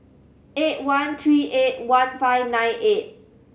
eight one three eight one five nine eight